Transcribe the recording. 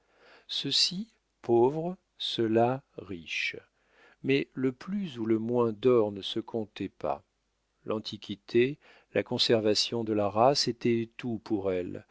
ceux-ci pauvres ceux-là riches mais le plus ou le moins d'or ne se comptait pas l'antiquité la conservation de la race étaient tout pour elles